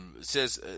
says